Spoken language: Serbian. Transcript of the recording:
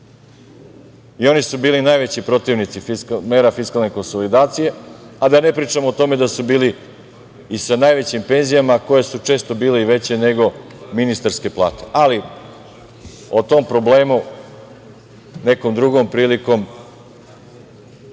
Oni su bili najveći protivnici mera fiskalne konsolidacije, a da ne pričam o tome da su bili i sa najvećim penzijama, koje su često bile i veće nego ministarske plate. O tom problemu nekom drugom prilikom, kada